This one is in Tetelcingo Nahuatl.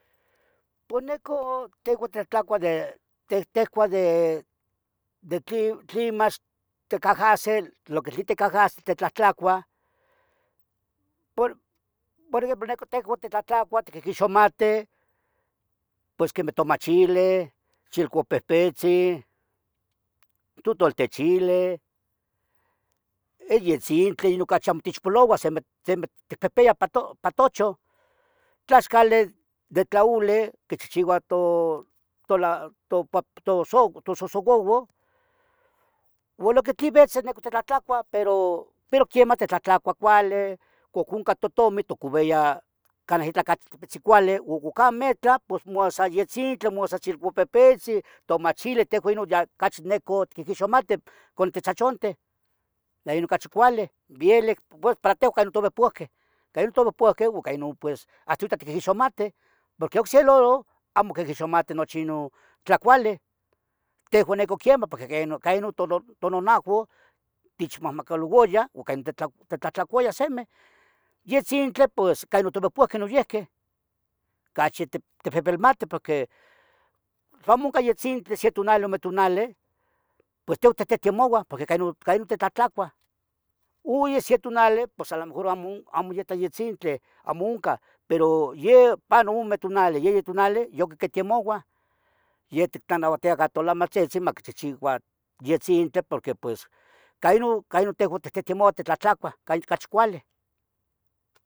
Pos nican teuan titlahtlacuah ticuah di tlin mach ticahahseh, lo que tlen ticahahsih titlahtlacua porque nican titlahtlacuah tlen tiquixomateh pos queh tomachile, chilcohpepetzin, totoltechile yetzinli in tlen ocachi amo techpoloua simi ticpiyah patochan, tlaxcali de tlaoli, tichchihchiuh tolama, tosohsouauan uo lo que tlen vetz titlahtlacuah, pero quemah titlahtlacuah cuali ihcuac oncah totomen timocoviah canah iitlah ocachi tepetzin cuali. de tlen ticahahsih